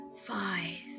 Five